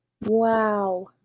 wow